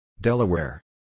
Delaware